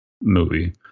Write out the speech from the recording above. movie